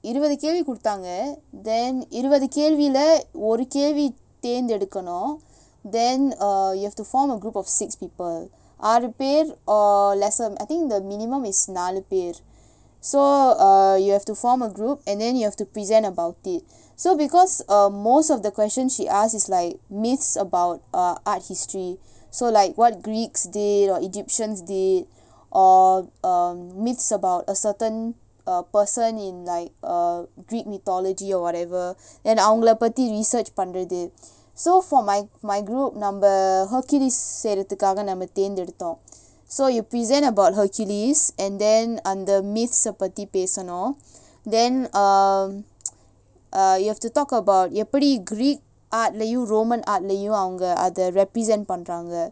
இருவது கேள்வி குடுத்தாங்க:iruvathu kelvi kuduthaanga then இருவது கேள்விலா ஒரு கேள்வி தேர்ந்தெடுக்கனும்:iruvathu kelvila oru kelvi thaernthaedukkanum then err you have to form a group of six people ஆறு பேர்:aaru per or lesser I think the minimum is நாலு பேர்:naalu per so uh you have to form a group and then you have to present about it so because uh most of the question she asked is like myths about uh art history so like what greeks did or egyptians did or um myths about a certain uh person in like uh greek mythology or whatever அவங்கள பத்தி:avangala paththi research பண்றது:pandrathu so for my my group நம்ம:namma hercules செய்றதுகாக நம்ம தேர்ந்தெடுத்தோம்:seirathukaaga namma thaernthaeduththoam so you present about hercules and then அந்த:antha myths ah பத்தி பேசனும்:paththi pesanum then um err you have to talk about எப்படி:yeppadi greek art லயும்:layum roman art லயும் அவங்க அத:layum avanga atha represent பன்றாங்க:pandraanga